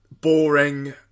boring